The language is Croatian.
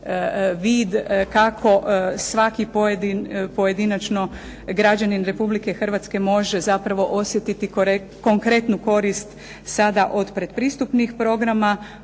vid kako svaki pojedinačno građanin Republike Hrvatske može zapravo osjetiti konkretnu korist sada od pretpristupnih programa,